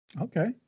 Okay